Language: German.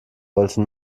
wollte